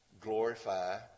Glorify